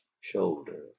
shoulder